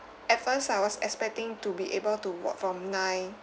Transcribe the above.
at first I was expecting to be able to work from nine